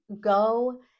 go